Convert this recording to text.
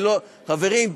חברים,